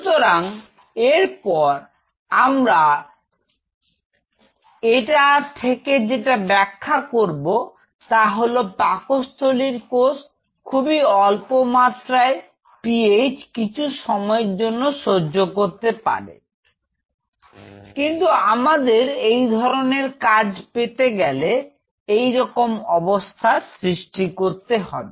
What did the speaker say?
সুতরাং এরপর আমরা এটা থেকে যেটা ব্যাখ্যা করব তা হল পাকস্থলীর কোষ খুবই অল্প মাত্রার পিএইচ কিছু সময়ের জন্য সহ্য করতে পারে কিন্তু আমাদের এই ধরণের কাজ পেতে গেলে এই রকম অবস্থার সৃষ্টি করতে হবে